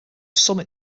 summit